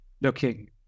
looking